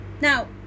now